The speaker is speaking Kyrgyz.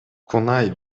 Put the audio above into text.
кунай